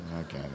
Okay